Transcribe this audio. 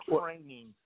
training